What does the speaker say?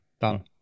Done